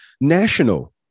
national